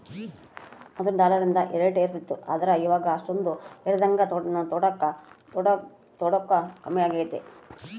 ಮೊದ್ಲು ಡಾಲರಿಂದು ರೇಟ್ ಏರುತಿತ್ತು ಆದ್ರ ಇವಾಗ ಅಷ್ಟಕೊಂದು ಏರದಂಗ ತೊಟೂಗ್ ಕಮ್ಮೆಗೆತೆ